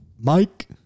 Mike